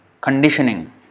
conditioning